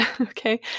Okay